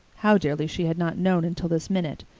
how dearly she had not known until this minute.